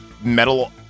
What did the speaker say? metal